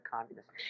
communists